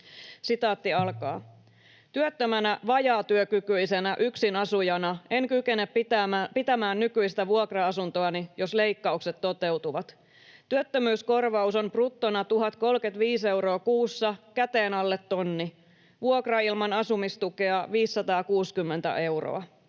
tässä maassa.” ”Työttömänä vajaatyökykyisenä yksinasujana en kykene pitämään nykyistä vuokra-asuntoani, jos leikkaukset toteutuvat. Työttömyyskorvaus on bruttona 1 035 euroa kuussa, käteen alle tonni. Vuokra ilman asumistukea on 560 euroa.”